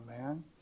man